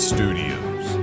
Studios